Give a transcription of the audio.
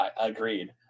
Agreed